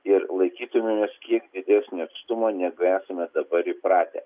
ir laikytumėmės kiek didesnio atstumo negu esame dabar įpratę